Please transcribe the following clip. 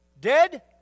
dead